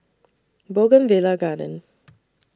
Bougainvillea Garden